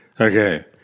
okay